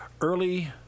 early